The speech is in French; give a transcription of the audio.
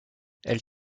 elle